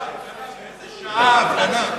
באיזו שעה ההפגנה?